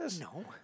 No